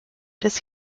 des